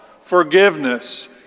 forgiveness